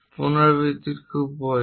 পুনরাবৃত্তির খুব প্রয়োজন